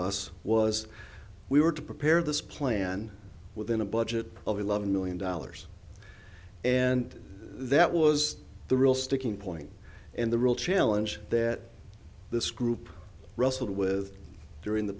us was we were to prepare this plan within a budget of eleven million dollars and that was the real sticking point and the real challenge that this group wrestled with during the